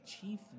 Chief